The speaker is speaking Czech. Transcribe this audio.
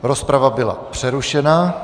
Rozprava byla přerušena.